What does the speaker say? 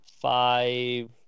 Five